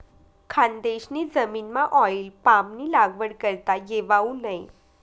खानदेशनी जमीनमाऑईल पामनी लागवड करता येवावू नै